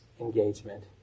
engagement